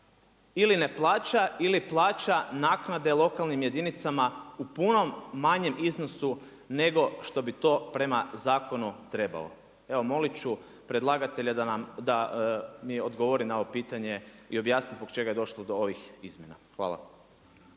ne plaća ili plaća naknade lokalnim jedinicama u puno manjem iznosu nego što bi to prema zakonu trebao. Evo moliti ću predlagatelja da mi odgovori na ovo pitanje i objasni zbog čega je došlo do ovih izmjena. Hvala.